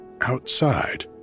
outside